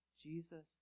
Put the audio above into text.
Jesus